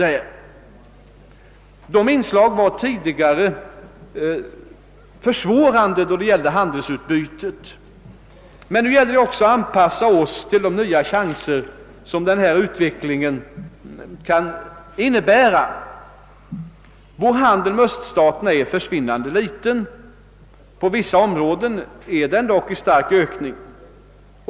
Dessa inslag var tidigare försvårande för handelsutbytet, men nu gäller det också att anpassa sig till de nya chanser som denna utveckling kan innebära. Vår handel med öststaterna är försvinnande liten. På vissa områden är den dock i stark ökning.